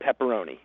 pepperoni